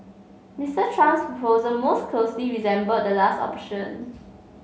Mister Trump's proposal most closely resembled the last option